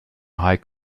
high